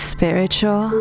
Spiritual